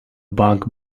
bug